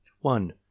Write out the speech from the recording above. One